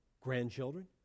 grandchildren